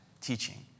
teaching